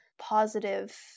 positive